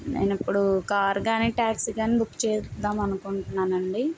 నేను ఇప్పుడు కార్ కానీ టాక్సీ కాని బుక్ చేద్దాం అనుకుంటున్నానండి